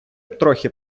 трохи